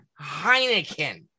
Heineken